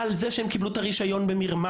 על זה שהם קיבלו את הרישיון במרמה,